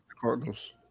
Cardinals